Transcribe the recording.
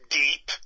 deep